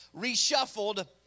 reshuffled